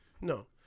No